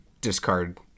discard